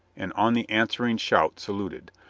and on the answering shout saluted.